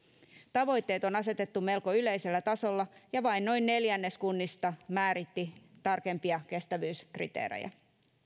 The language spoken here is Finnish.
tavoitteet on asetettu melko yleisellä tasolla ja vain noin neljännes kunnista määritti tarkempia kestävyyskriteerejä